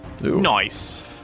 Nice